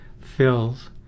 fills